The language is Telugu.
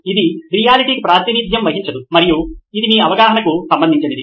ఇది రియాలిటీకి ప్రాతినిధ్యం వహించదు మరియు ఇది మీ అవగాహనకు సంబంధించినది